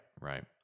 right